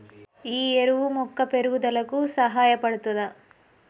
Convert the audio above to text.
ఈ ఎరువు మొక్క పెరుగుదలకు సహాయపడుతదా?